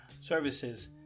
services